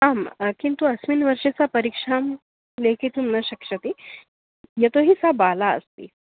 आं किन्तु अस्मिन् वर्षे सा परीक्षां लेखितुं न शक्ष्यति यतो हि सा बाला अस्ति